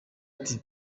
ati